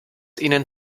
ihnen